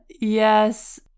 Yes